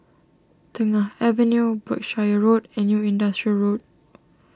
Tengah Avenue Berkshire Road and New Industrial Road